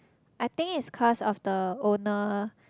I think it's cause of the owner